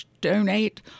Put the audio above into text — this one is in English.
donate